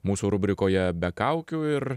mūsų rubrikoje be kaukių ir